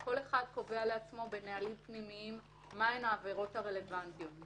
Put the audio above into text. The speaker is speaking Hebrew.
-- כל אחד קובע לעצמו בנהלים פנימיים מהן העבירות הרלוונטיות.